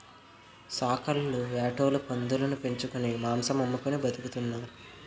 సాకల్లు యాటోలు పందులుని పెంచుకొని మాంసం అమ్ముకొని బతుకుతున్నారు